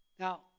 Now